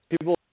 People